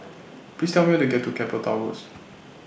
Please Tell Me How to get to Keppel Towers